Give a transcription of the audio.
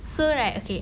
so right okay